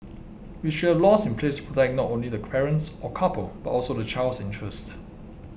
we should have laws in place to protect not only the parents or couple but also the child's interest